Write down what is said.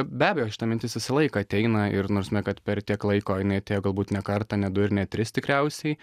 be abejo šita mintis visą laiką ateina ir nors me kad per tiek laiko jinai atėjo galbūt ne kartą ne du ir ne tris tikriausiai